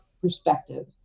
perspective